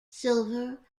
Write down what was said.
silver